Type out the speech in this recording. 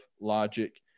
logic